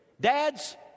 Dads